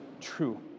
true